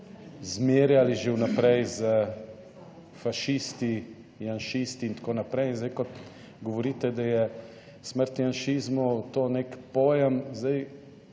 zmerjali že vnaprej z fašisti, Janšisti, itn. In zdaj, ko govorite, da je smrt Janšizmu, to nek pojem, zdaj,